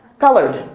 colored.